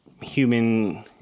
human